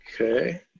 Okay